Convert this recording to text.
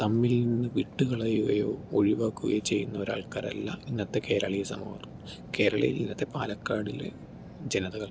തമ്മിൽ നിന്ന് വിട്ടുകളയുകയോ ഒഴിവാക്കുകയോ ചെയ്യുന്ന ഒരാൾക്കാരല്ല ഇന്നത്തെ കേരളീയ സമൂഹം കേരളയിൽ ഇന്നത്തെ പാലക്കാടിലെ ജനതകൾ